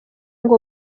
ngo